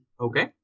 Okay